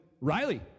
Riley